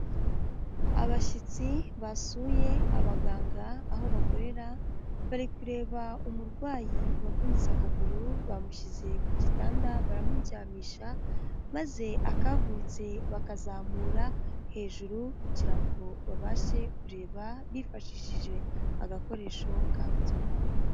Abashyitsi basuye abaganga aho bakorera, bari kureba umurwayi wavunitse akaguru bamushyize ku gitanda baramuryamisha, maze akavunitse bakazamura hejuru kugira ngo babashe kureba bifashishije agakoresho kabugenewe.